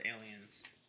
aliens